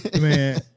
Man